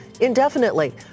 indefinitely